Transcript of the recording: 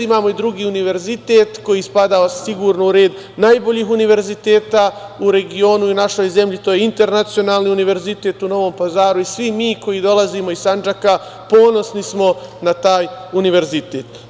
Imamo i drugi univerzitet, koji spada sigurno u red najboljih univerziteta u regionu i u našoj zemlji, to je Internacionalni univerzitet u Novom Pazaru i svi mi koji dolazimo iz Sandžaka ponosni smo na taj univerzitet.